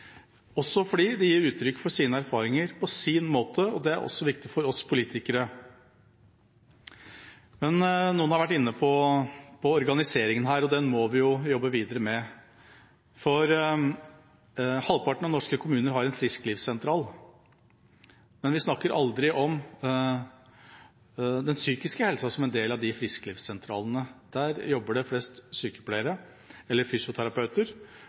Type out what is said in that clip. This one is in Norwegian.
også fordi de gir uttrykk for sine erfaringer på sin måte, og det er også viktig for oss politikere. Noen har vært inne på organiseringen her, og den må vi jobbe videre med. Halvparten av norske kommuner har en frisklivssentral, men vi snakker aldri om den psykiske helsa som en del av frisklivsentralene. Der jobber det flest sykepleiere eller fysioterapeuter,